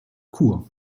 chur